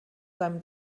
seinem